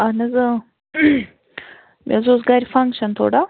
اَہَن حظ مےٚ حظ اوس گَرِ فَنکشَن تھوڑا